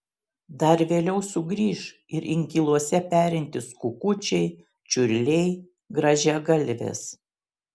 dar vėliau sugrįš ir inkiluose perintys kukučiai čiurliai grąžiagalvės